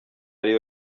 ariyo